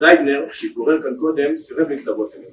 ‫לייטנר, שהתגורר כאן קודם, ‫סירב להתלוות עלינו.